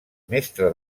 mestre